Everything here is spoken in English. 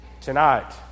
Tonight